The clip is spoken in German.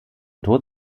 tod